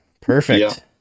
Perfect